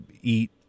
eat